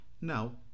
now